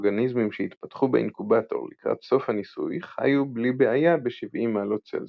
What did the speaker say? האורגניזמים שהתפתחו באינקובטור לקראת סוף הניסוי חיו בלי בעיה ב-70°C,